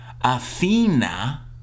Athena